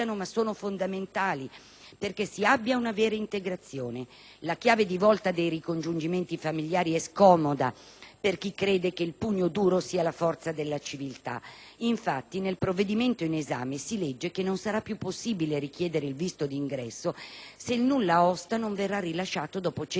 perché si abbia una vera integrazione. La chiave di volta dei ricongiungimenti familiari è scomoda per chi crede che il pugno duro sia la forza della civiltà. Infatti, nel provvedimento in esame, si legge che non sarà più possibile richiedere il visto d'ingresso se il nulla osta non verrà rilasciato dopo 180 giorni dal perfezionamento